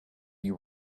you